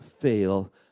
fail